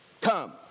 come